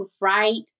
right